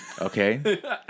okay